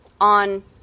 on